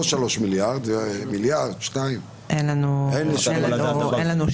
אין לנו מידע.